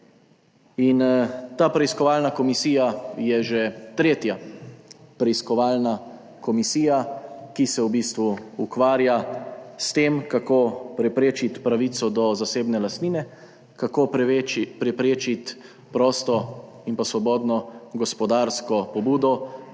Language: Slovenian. Ta preiskovalna komisija je že tretja preiskovalna komisija, ki se v bistvu ukvarja s tem, kako preprečiti pravico do zasebne lastnine, kako preprečiti prosto in svobodno gospodarsko pobudo